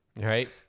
right